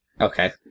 Okay